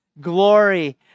glory